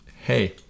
hey